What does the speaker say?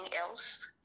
else